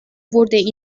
wurden